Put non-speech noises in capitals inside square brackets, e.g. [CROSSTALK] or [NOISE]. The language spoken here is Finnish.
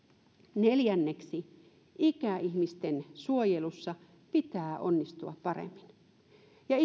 neljänneksi ikäihmisten suojelussa pitää onnistua paremmin ja [UNINTELLIGIBLE]